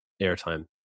airtime